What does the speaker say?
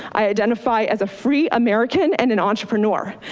i identify as a free american and an entrepreneur.